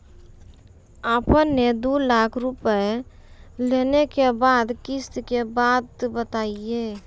आपन ने दू लाख रुपिया लेने के बाद किस्त के बात बतायी?